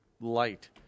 light